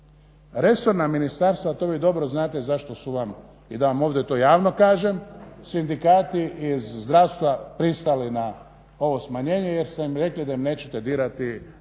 Resorna ministarstva, a to vi dobro znate zašto su vam i da vam ovdje to javno kažem sindikati iz zdravstva pristali na ovo smanjenje, jer ste im rekli da im nećete dirati granski